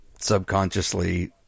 subconsciously